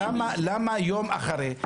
למה יום אחרי?